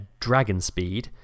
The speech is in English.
Dragonspeed